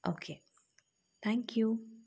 okay thank you